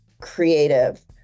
creative